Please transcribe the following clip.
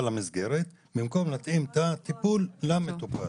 למסגרת במקום להתאים את הטיפול למטופל.